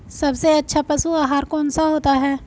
सबसे अच्छा पशु आहार कौन सा होता है?